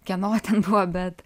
kieno ten buvo bet